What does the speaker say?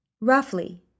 Roughly